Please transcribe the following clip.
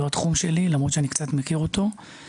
זה לא התחום שלי, למרות שאני מכיר אותו קצת.